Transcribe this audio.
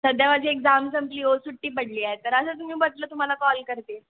सध्या माझी एक्झाम संपली हो सुट्टी पडली आहे तर असंच मी बसल्या तुम्हाला कॉल करते